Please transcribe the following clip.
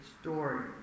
story